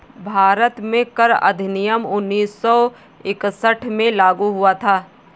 भारत में कर अधिनियम उन्नीस सौ इकसठ में लागू हुआ था